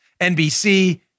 NBC